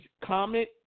comment